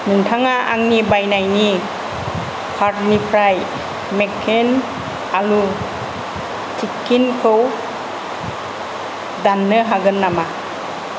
नोंथाङा आंनि बायनायनि कार्टनिफ्राय मेककेन आलु टिक्कीनखौ दान्नो हागोन नामा